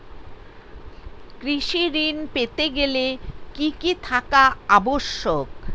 কৃষি ঋণ পেতে গেলে কি কি থাকা আবশ্যক?